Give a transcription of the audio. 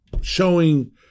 showing